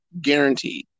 guaranteed